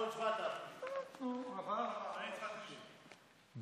חוק פנייה לגופים ציבוריים באמצעי קשר